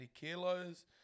kilos